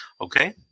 Okay